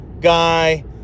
guy